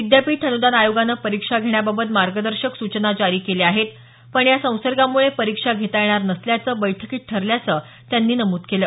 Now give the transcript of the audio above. विद्यापीठ अनुदान आयोगानं परीक्षा घेण्याबाबत मार्गदर्शक सूचना जारी केल्या आहेत पण या संसर्गामुळे परीक्षा घेता येणार नसल्याचं बैठकीत ठरल्याचं त्यांनी नमूद केलं